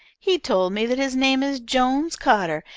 he told me that his name is jones carter,